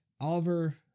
Oliver